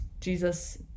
Jesus